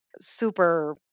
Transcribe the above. super